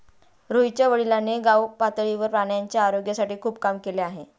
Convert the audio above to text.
रोहितच्या वडिलांनी गावपातळीवर प्राण्यांच्या आरोग्यासाठी खूप काम केले आहे